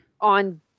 on